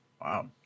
Wow